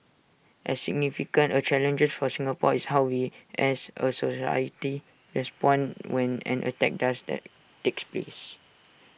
as significant A challenges for Singapore is how we as A society respond when an attack does that takes place